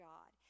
God